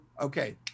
Okay